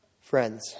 Friends